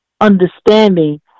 understanding